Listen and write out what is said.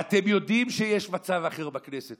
ואתם יודעים שיש מצב אחר בכנסת.